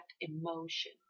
emotion